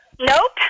Nope